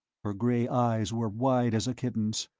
her gray eyes were wide as a kitten's.